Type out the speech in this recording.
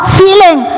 feeling